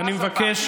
ואני מבקש,